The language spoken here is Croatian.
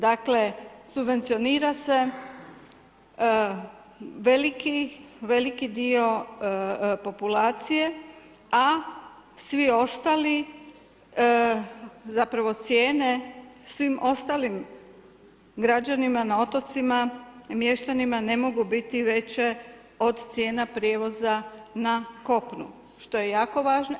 Dakle, subvencionira se veliki, veliki dio populacije a svi ostali zapravo cijene svim ostalim građanima na otocima i mještanima ne mogu biti veće od cijena prijevoza na kopnu što je jako važno.